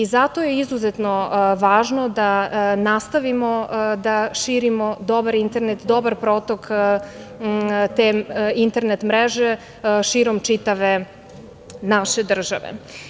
Zato je izuzetno važno da nastavimo da širimo dobar internet, dobar protok te internet mreže širom čitave naše države.